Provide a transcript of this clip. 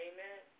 Amen